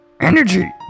Energy